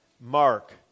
mark